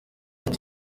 ati